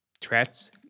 threats